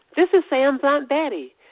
this is sam's aunt betty.